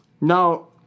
Now